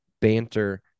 banter